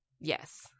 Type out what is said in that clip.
Yes